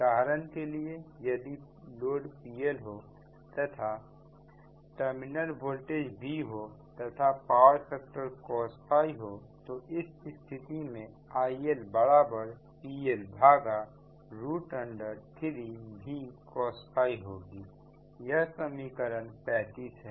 उदाहरण के लिए यदि लोड PL हो तथा टर्मिनल वोल्टेज V हो तथा पावर फैक्टर COSϕ हो तो इस स्थिति में ILPL3 V COSहोगी यह समीकरण 35 है